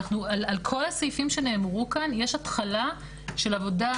על כל הסעיפים שנאמרו כאן יש שהתחלה של עבודה.